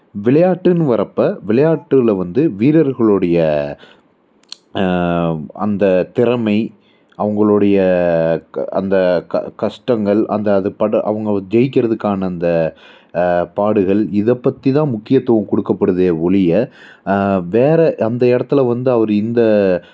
விளையாட்டுன்னு வரப்போ விளையாட்டுலில் வந்து வீரர்களோடைய அந்த திறமை அவங்களுடைய க் அந்த க கஷ்டங்கள் அந்த அதுப்பட அவங்க ஜெயிக்கிறதுக்கான அந்த பாடுகள் இதை பற்றி தான் முக்கியத்துவம் கொடுக்கப்படுதே ஒழிய வேறு அந்த இடத்துல வந்து அவரு இந்த